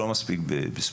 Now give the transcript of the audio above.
לא מספיק בספורט.